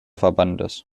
verbandes